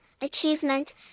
achievement